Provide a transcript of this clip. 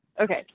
Okay